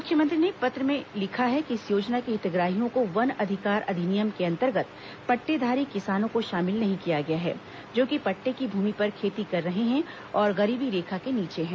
मुख्यमंत्री ने पत्र में लिखा है कि इस योजना के हितग्राहियों को वन अधिकार अधिनियम के अंतर्गत पट्टेधारी किसानों को शामिल नहीं किया गया है जो कि पट्टे की भूमि पर खेती कर रहे हैं और गरीबी रेखा के नीचे है